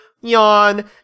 yawn